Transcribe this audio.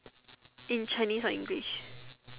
in Chinese or English